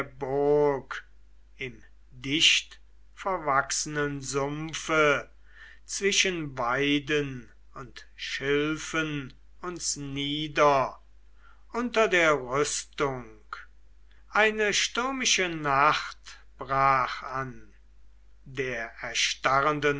im dichtverwachsenen sumpfe zwischen weiden und schilfen uns nieder unter der rüstung eine stürmische nacht brach an der erstarrende